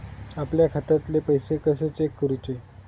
आपल्या खात्यातले पैसे कशे चेक करुचे?